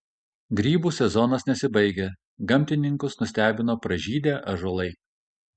grybų sezonas nesibaigia gamtininkus nustebino pražydę ąžuolai